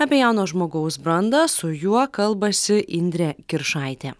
apie jauno žmogaus brandą su juo kalbasi indrė kiršaitė